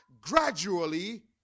gradually